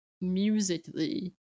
musically